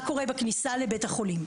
בכניסה לבית החולים.